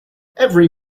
every